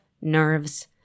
Nerves